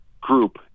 group